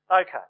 Okay